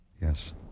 Yes